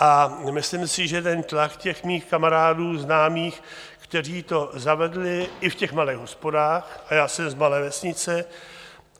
A myslím si, že ten tlak těch mých kamarádů, známých, kteří to zavedli i v těch malých hospodách, a já jsem z malé vesnice